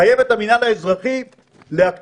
מחייב את המינהל האזרחי להקצות